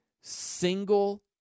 single